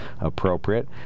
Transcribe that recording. appropriate